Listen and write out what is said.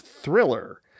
thriller